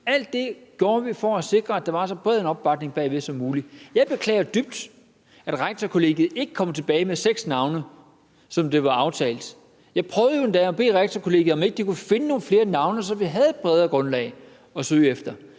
Alt det har vi gjort for at sikre, at der var så bred en opbakning bag ved som muligt. Jeg beklager jo dybt, at Rektorkollegiet ikke er kommet tilbage med seks navne, som det var aftalt. Jeg prøvede jo endda at bede Rektorkollegiet, om ikke de kunne finde nogle flere navne, så vi havde et bredere grundlag at søge efter.